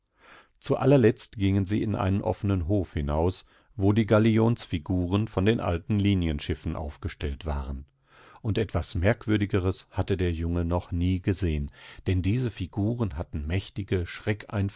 zu allerletzt gingen sie in einen offenen hof hinaus wo die gallionsfiguren von den alten linienschiffen aufgestellt waren und etwas merkwürdigeres hatte der junge noch nie gesehen denn diese figuren hatten mächtige